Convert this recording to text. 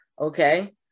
okay